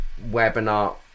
webinar